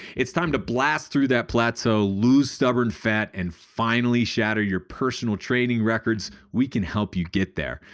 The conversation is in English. it's time to blast through that plateau, lose stubborn fat and finally shatter your personal training records. we can help you get there.